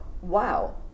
wow